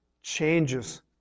changes